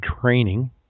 training